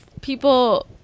people